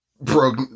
broke